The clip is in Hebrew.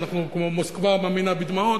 אנחנו כמו מוסקבה מאמינה בדמעות,